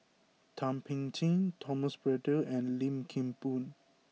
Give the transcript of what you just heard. Thum Ping Tjin Thomas Braddell and Lim Kim Boon